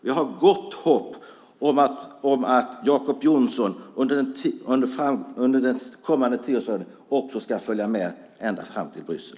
Jag har gott hopp om att Jacob Johnson under den kommande tioårsperioden också ska följa med ända fram till Bryssel.